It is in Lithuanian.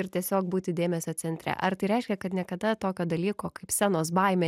ir tiesiog būti dėmesio centre ar tai reiškia kad niekada tokio dalyko kaip scenos baimė